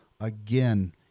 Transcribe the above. again